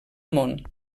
món